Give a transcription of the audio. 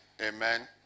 Amen